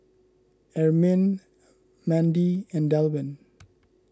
Ermine Mandi and Delwin